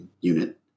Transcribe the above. unit